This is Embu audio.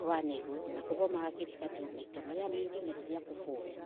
rwa neeiguru. Na kuthomaga kirikaniro maita maria mengi nginyagia kuvoa.